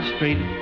street